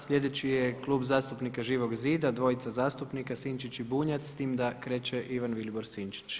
Sljedeći je Klub zastupnika Živog zida, dvojica zastupnika Sinčić i Bunjac s tim da kreće Ivan Vilibor Sinčić.